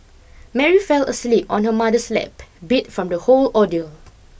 Mary fell asleep on her mother's lap beat from the whole ordeal